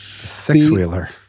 six-wheeler